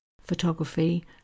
photography